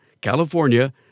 California